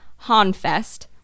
Hanfest